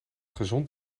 gezond